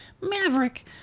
Maverick